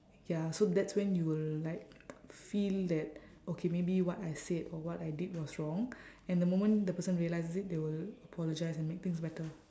ya so that's when you will like feel that okay maybe what I said or what I did was wrong and the moment the person realises it they will apologise and make things better